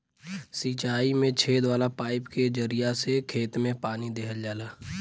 सिंचाई में छेद वाला पाईप के जरिया से खेत में पानी देहल जाला